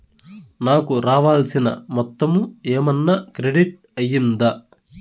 నాకు రావాల్సిన మొత్తము ఏమన్నా క్రెడిట్ అయ్యిందా